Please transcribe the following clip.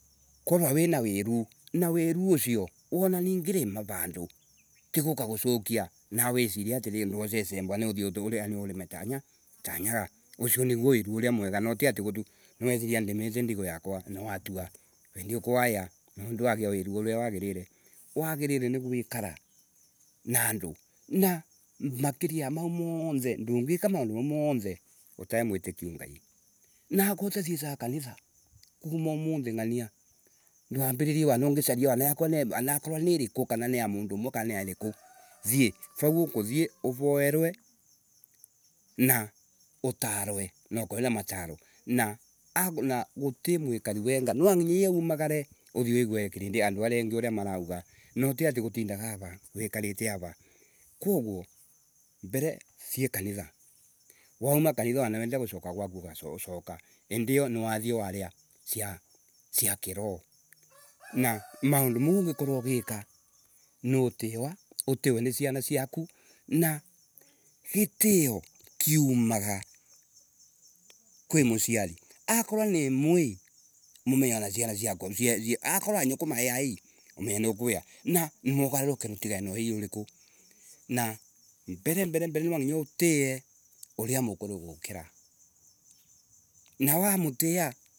Kora wina wiru na wiru ucio, won ani ngirima randu, icirie atiriri, anawe ndwore icembe anawe uto. Uthii urime ta nyata nyaga. Ucio niguo wiru uria mwega no ti ati niwethiria nimite ndigo yakwa, ugatua, vindi iyo ko waiya. Nduagia wiru uria wagirire. Wagirire ni guikara na and una makiria yam au, ndungiika maundu mau moothe, utai mwitikiu Ngai. Na akorwa utathiicaga kanithya kuma umuthi ng’ania ndwambiririe wana ungicaria wanakorwani Wanakorwani kana ni ya mundu umwe kana ni ya ariku. Thii uthii uroerwa na utarwe no ukorwe win a mataro. Na ak na guki mwikari wenga, nwandinyagia umagare uthii wigue uria andu aria engi marauga. Ti gutirindaga ara, wikorite ara, koguo mbere thii kanitha. Wauma kanitha wana wenda gucoka gwaku coka. Indio niwathii waria, cia. cia kiroho. Na maundu mau ungikorwa ugiika, no utwa, uttwe ni ciana ciaku, na gitio kiumaga kwi muciari. Akorwani mwirii, mumenye wana ciana cikwa ni akarwa ma aii, umenye ni ukwia, na kurutana na wii uriku Na mbere mbere nwanginya utie uria mukuru kugukira. Na wamutia